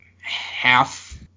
half